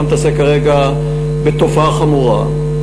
אתה מתעסק כרגע בתופעה חמורה,